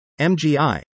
MGI